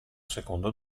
secondo